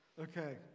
Okay